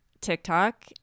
TikTok